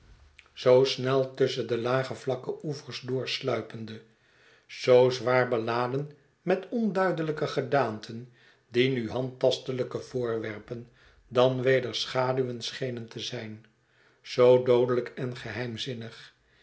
zoo snel tusschen de lage het verlaten huis vlakke oevers door sluipende zoo zwaar beladen met onduidelijke gedaanten die nu handtastelijke voorwerpen dan weder schaduwen schenen te zijn zoo doodelijk en geheimzinnig